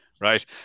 right